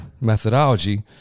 methodology